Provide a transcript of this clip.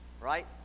right